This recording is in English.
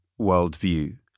worldview